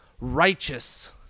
righteous